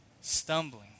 stumbling